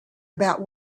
about